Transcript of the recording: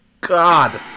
God